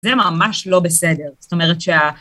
זה ממש לא בסדר, זאת אומרת שה...